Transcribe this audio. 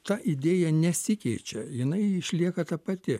ta idėja nesikeičia jinai išlieka ta pati